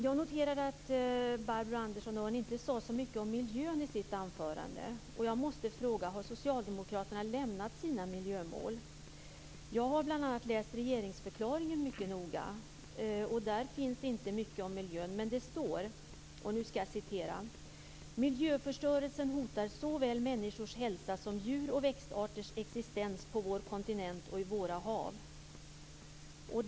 Jag noterar att Barbro Andersson Öhrn inte sade så mycket om miljön i sitt anförande. Har Socialdemokraterna lämnat sina miljömål? Jag har bl.a. läst regeringsförklaringen mycket noga. Där sägs det inte mycket om miljön. Det står så här: "Miljöförstörelsen hotar såväl människors hälsa som djur och växtarters existens på vår kontinent och i våra hav."